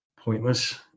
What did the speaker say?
pointless